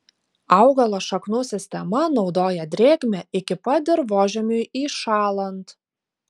augalo šaknų sistema naudoja drėgmę iki pat dirvožemiui įšąlant